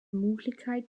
möglichkeit